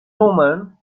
women